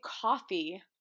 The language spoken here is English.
coffee